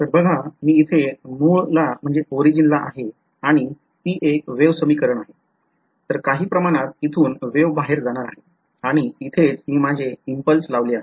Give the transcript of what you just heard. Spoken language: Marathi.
तर बघा मी इथे मूळला ला आहे आणि ती एक वेव समीकरण आहे तर काही प्रमाणात इथून वेव बाहेर जाणार आहे आणि इथेच मी माझे इम्पल्स लावले आहे